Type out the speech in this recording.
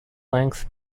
length